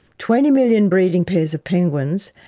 twenty million breeding pairs of penguins,